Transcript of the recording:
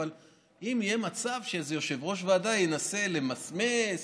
אבל אם יהיה מצב שאיזה יושב-ראש ועדה ינסה למסמס,